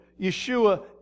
Yeshua